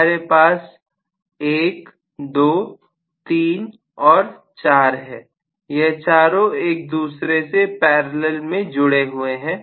हमारे पास 123 और 4 है यह चारों एक दूसरे से पैरेलल में जुड़े हुए हैं